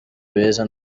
beza